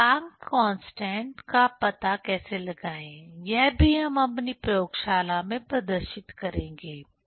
तो Planck's constant Planck's constant का पता कैसे लगाएं यह भी हम अपनी प्रयोगशाला में प्रदर्शित करेंगे